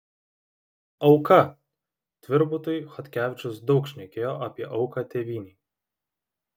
auka tvirbutui chodkevičius daug šnekėjo apie auką tėvynei